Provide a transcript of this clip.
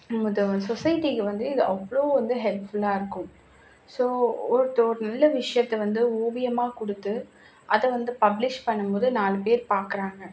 நமது சொஸைட்டிக்கு வந்து இது அவ்வளோ வந்து ஹெல்ப்ஃபுல்லா இருக்கும் ஸோ ஒருத்தவன் நல்ல விஷயத்த வந்து ஓவியமாக கொடுத்து அதை வந்து பப்லிஷ் பண்ண போது நாலு பேர் பார்க்கறாங்க